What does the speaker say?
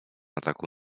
ataku